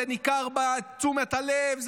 זה ניכר בתשומת הלב,